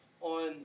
on